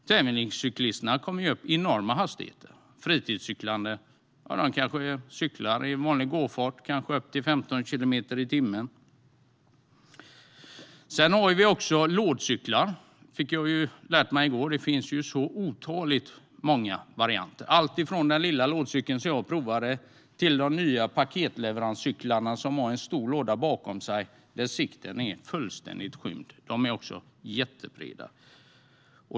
Tävlingscyklisterna kommer upp i enorma hastigheter. Fritidscyklisterna kanske cyklar i vanlig gångfart upp till 15 kilometer i timmen. Sedan finns det lådcyklar. Det finns ett otal olika varianter - alltifrån den lilla varianten, som jag provade i går, till de nya paketcyklarna som har en stor låda bakpå så att sikten blir fullständigt skymd. De är också jättebreda.